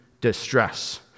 distress